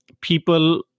people